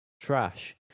trash